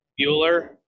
Bueller